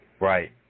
Right